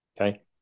Okay